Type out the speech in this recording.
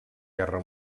guerra